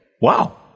Wow